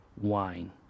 wine